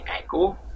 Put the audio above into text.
ankle